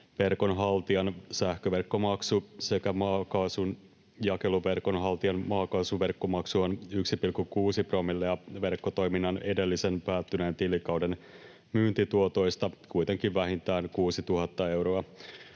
haltijan sähköverkkomaksu sekä maakaasun jakeluverkon haltijan maakaasuverkkomaksu ovat 1,6 promillea verkkotoiminnan edellisen päättyneen tilikauden myyntituotoista, kuitenkin vähintään 6 000 euroa.